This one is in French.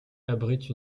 abrite